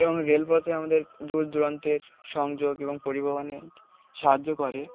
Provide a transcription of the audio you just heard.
এবং রেলপথে আমাদের দূর দূরান্তের সংযোগ এবং পরিবহনের সাহায্য করে